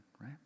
right